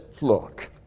look